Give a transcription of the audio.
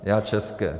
Já české.